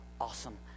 awesome